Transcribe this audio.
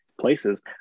places